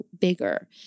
bigger